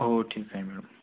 हो ठीक आहे मॅडम